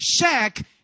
Shaq